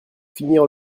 finir